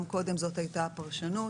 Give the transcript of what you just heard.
גם קודם זאת הייתה הפרשנות